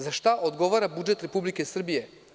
Za šta odgovara budžet Republike Srbije?